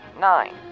nine